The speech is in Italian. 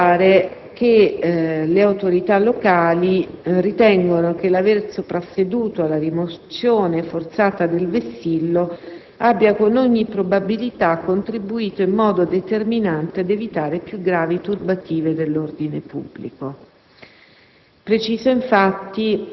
Si consideri che le autorità locali ritengono che l'aver soprasseduto alla rimozione forzata del vessillo abbia, con ogni probabilità, contribuito in modo determinante ad evitare più gravi turbative dell'ordine pubblico.